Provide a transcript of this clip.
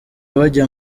bajya